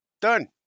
Done